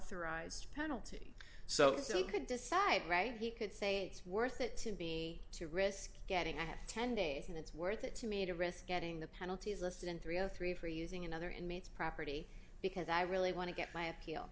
authorized penalty so he could decide right he could say it's worth it to be to risk getting i have ten days and it's worth it to me to risk getting the penalties listed in three o three for using another inmate's property because i really want to get my appeal